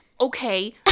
okay